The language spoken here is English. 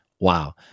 Wow